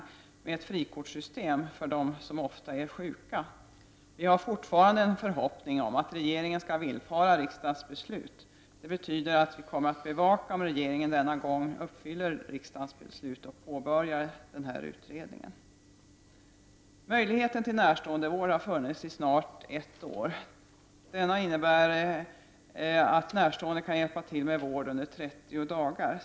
Man skulle kunna ha frikortssystem för dem som ofta är sjuka. Vi har fortfarande en förhoppning om att regeringen skall villfara riksdagens beslut. Det betyder att centern kommer att bevaka om regeringen denna gång uppfyller riksdagens beslut och påbörjar en utredning. Möjligheten till närståendevård har funnits i snart ett år. Denna möjlighet innebär att en närstående kan hjälpa till med vård under 30 dagar.